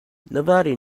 nobody